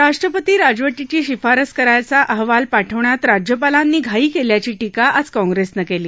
राष्ट्रपती राजवटीची शिफारस करायचा अहवाल पाठवण्यात राज्यपालांनी घाई केल्याची टीका आज कॉंग्रेसनं केली